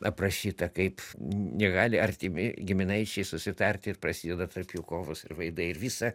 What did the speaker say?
aprašyta kaip negali artimi giminaičiai susitarti ir prasideda tarp jų kovos ir vaidai ir visa